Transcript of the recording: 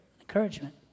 encouragement